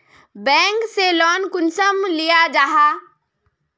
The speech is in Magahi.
बैंक से लोन कुंसम लिया जाहा?